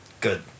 good